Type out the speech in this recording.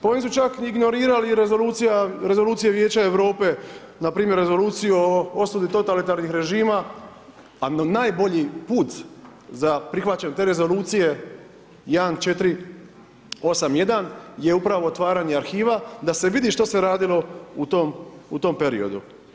Pa oni su čak ignorirali i rezolucija Vijeće Europe, npr. rezoluciju o osudi totalitarnih režima, a najbolji puta za prihvaćanje te rezolucije je 1 4 8 1 je upravo otvaranje arhiva, da se vidi što se radilo u tom periodu.